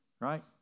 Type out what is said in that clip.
right